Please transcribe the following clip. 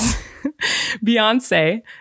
beyonce